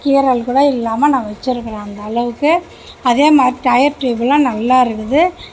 கீறல் கூட இல்லாமல் நான் வச்சுருக்கிறேன் அந்தளவுக்கு அதேமாதிரி டயர் டியூப்லாம் நல்லா இருக்குது